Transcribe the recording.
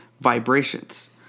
vibrations